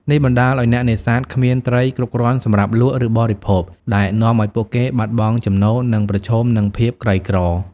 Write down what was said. នេះបណ្តាលឱ្យអ្នកនេសាទគ្មានត្រីគ្រប់គ្រាន់សម្រាប់លក់ ឬបរិភោគ ដែលនាំឱ្យពួកគេបាត់បង់ចំណូល និងប្រឈមនឹងភាពក្រីក្រ។